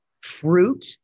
fruit